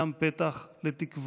גם פתח לתקווה